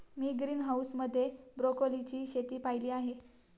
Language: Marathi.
मी ग्रीनहाऊस मध्ये ब्रोकोलीची शेती पाहीली आहे